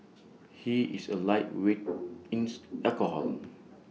he is A lightweight in alcohol